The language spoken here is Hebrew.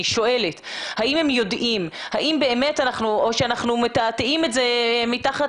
שואלת את השאלה האם הם יודעים או שאנחנו מטאטאים את זה מתחת